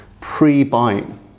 pre-buying